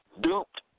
duped